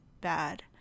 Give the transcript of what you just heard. bad